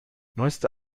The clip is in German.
neueste